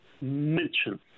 mention